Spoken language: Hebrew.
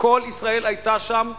כל ישראל היתה שם,